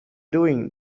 doing